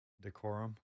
decorum